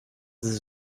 dix